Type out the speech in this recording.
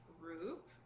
group